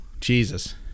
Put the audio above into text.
Jesus